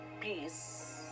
peace